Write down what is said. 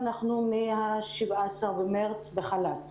מה-17 במרץ אנחנו בחל"ת,